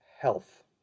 health